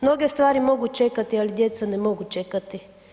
Mnoge stvari mogu čekati ali djeca ne mogu čekati.